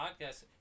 podcast